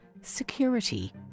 security